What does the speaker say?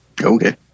Okay